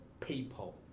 people